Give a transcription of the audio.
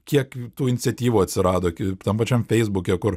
kiek tų iniciatyvų atsirado tam pačiam feisbuke kur